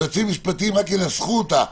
היועצים המשפטיים רק ינסחו אותה.